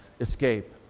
escape